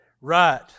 Right